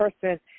person